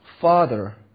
Father